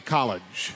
College